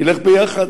ילך ביחד.